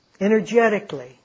energetically